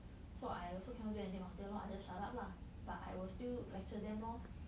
so I also cannot do anything about it lor I just shut up lah but I will still lecture them lor